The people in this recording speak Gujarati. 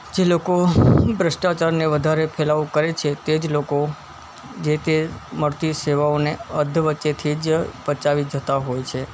જે લોકો ભ્રષ્ટાચારને વધારે ફેલાવો કરે છે તે જ લોકો જે તે મળતી સેવાઓને અધવચ્ચેથી જ પચાવી જતા હોય છે